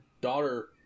daughter